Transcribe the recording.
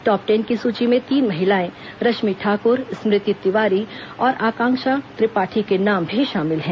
top ten की सूची में तीन महिलाएं रश्मि ठाकुर स्मृति तिवारी और आकांक्षा त्रिपाठी का नाम भी शामिल है